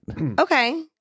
Okay